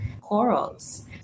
corals